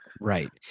Right